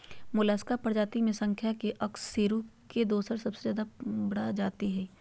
Mollusca प्रजाति के संख्या में अकशेरूकीय के दोसर सबसे बड़ा जाति हइ